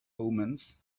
omens